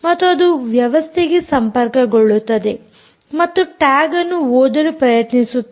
ಮತ್ತು ಅದು ವ್ಯವಸ್ಥೆಗೆ ಸಂಪರ್ಕಗೊಳ್ಳುತ್ತದೆ ಮತ್ತು ಟ್ಯಾಗ್ ಅನ್ನು ಓದಲು ಪ್ರಯತ್ನಿಸುತ್ತದೆ